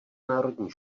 národní